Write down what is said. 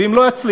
ואם לא יצליח,